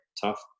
tough